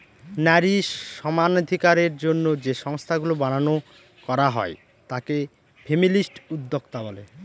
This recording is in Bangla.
নারী সমানাধিকারের জন্য যে সংস্থাগুলা বানানো করা হয় তাকে ফেমিনিস্ট উদ্যোক্তা বলে